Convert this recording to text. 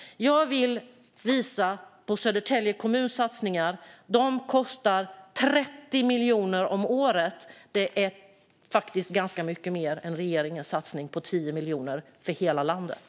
Jag vill visa på Södertälje kommuns satsningar. De kostar 30 miljoner om året. Det är ganska mycket mer än regeringens satsning på 10 miljoner för hela landet.